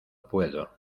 puedo